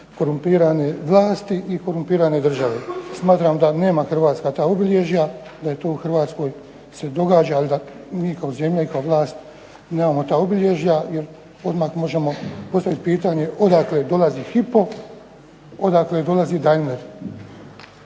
korumpirane vlasti i korumpirane države. Smatram da nema Hrvatska ta obilježja, da to u Hrvatskoj se događa, ali da mi kao zemlja i kao vlast nemamo ta obilježja jer odmah možemo postaviti pitanje odakle dolazi Hypo, odakle dolazi Daimler?